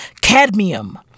Cadmium